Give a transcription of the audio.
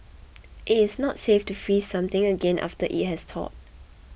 it is not safe to freeze something again after it has thawed